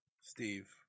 Steve